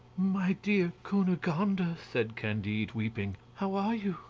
my dear cunegonde, said candide, weeping, how are you?